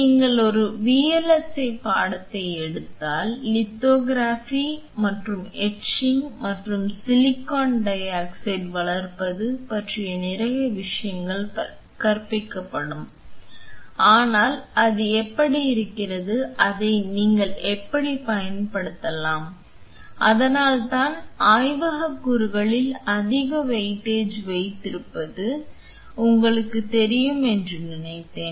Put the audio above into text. நீங்கள் ஒரு VLSI பாடத்தை எடுத்தால் லித்தோகிராபி மற்றும் எச்சிங் மற்றும் சிலிக்கான் டை ஆக்சைடு வளர்ப்பது பற்றி நிறைய விஷயங்கள் கற்பிக்கப்படும் ஆனால் அது எப்படி இருக்கிறது அதை நீங்கள் எப்படிப் பயன்படுத்தலாம் அதனால்தான் ஆய்வகக் கூறுகளில் அதிக வெயிட்டேஜ் வைத்திருப்பது உங்களுக்குத் தெரியும் என்று நினைத்தேன்